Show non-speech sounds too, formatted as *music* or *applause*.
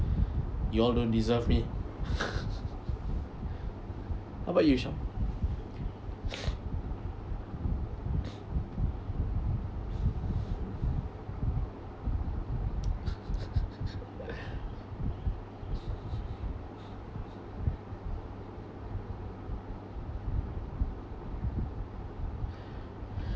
you all don't deserve me *laughs* how about you sham *noise* *laughs*